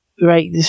Right